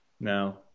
No